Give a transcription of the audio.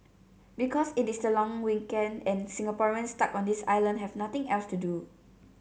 because it is the long weekend and Singaporeans stuck on this island have nothing else to do